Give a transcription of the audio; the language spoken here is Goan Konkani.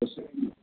मोसंबी